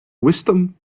wisdom